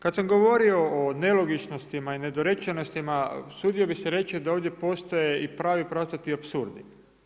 Kad sam govorio o nelogičnostima i nedorečenostima usudio bih se reći da ovdje postoje i pravi pravcati apsurdi.